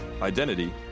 identity